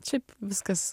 šiaip viskas